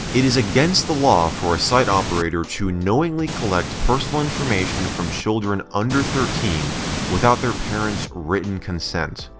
it is against the law for a site operator to knowingly collect personal information from children under thirteen without their parent's written consent.